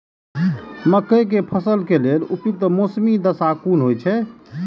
मके के फसल के लेल उपयुक्त मौसमी दशा कुन होए छै?